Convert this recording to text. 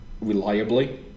reliably